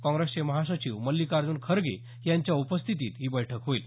काँग्रेसचे महासचिव मल्लिकार्ज्न खरगे यांच्या उपस्थितीत ही बैठक होईल